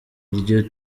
iryo